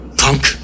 punk